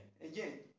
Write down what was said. Again